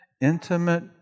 intimate